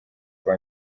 kuba